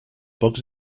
pocs